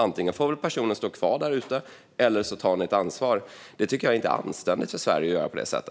Antingen får personen stå kvar där ute, eller så tar ni ett ansvar. Jag tycker inte att det är anständigt för Sverige att göra på det sättet.